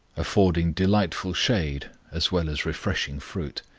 affording delightful shade as well as refreshing fruit.